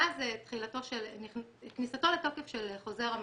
מאז כניסתו לתוקף של חוזר המנכ"ל,